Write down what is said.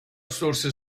sorse